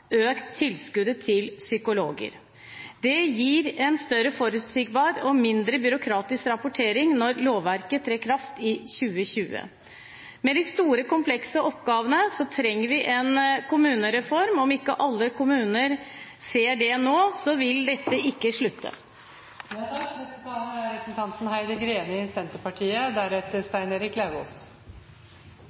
økt tilskuddet til psykologer. Det gir en mer forutsigbar og mindre byråkratisk rapportering når lovverket trer i kraft i 2020. Med de store komplekse oppgavene trenger vi en kommunereform. Selv om ikke alle kommuner ser det nå, vil dette ikke slutte.